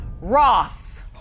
Ross